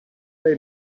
they